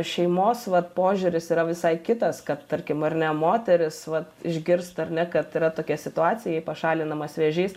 šeimos vat požiūris yra visai kitas kad tarkim ar ne moteris vat išgirsta ar ne kad yra tokia situacija jai pašalinamas vėžys